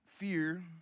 Fear